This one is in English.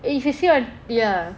eh if you see on ya